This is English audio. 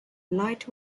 light